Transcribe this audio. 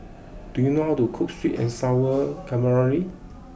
do you know how to cook Sweet and Sour Calamari